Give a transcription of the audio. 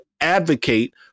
advocate